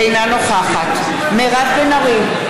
אינה נוכחת מירב בן ארי,